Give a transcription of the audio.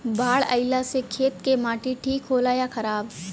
बाढ़ अईला से खेत के माटी ठीक होला या खराब?